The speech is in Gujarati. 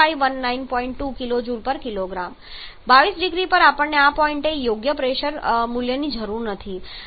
ડ્રાય હવા અને પાણીની વરાળને અલબત્ત આપણે આદર્શ ગેસ તરીકે માની રહ્યા છીએ ને ગતિ અને સંભવિત એનર્જીમાં થતા કોઈપણ ફેરફારોની અવગણના કરીએ છીએ